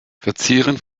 verzieren